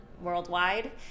worldwide